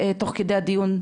תוך כדי הדיון,